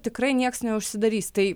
tikrai nieks neužsidarys tai